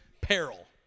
peril